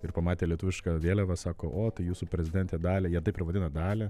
ir pamatė lietuvišką vėliavą sako o tai jūsų prezidentė dalia jie taip ir vadina dalia